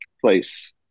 place